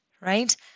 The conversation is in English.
right